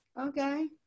okay